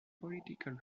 political